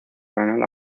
renal